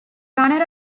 runner